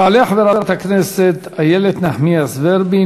תעלה חברת הכנסת איילת נחמיאס ורבין.